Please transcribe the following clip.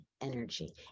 energy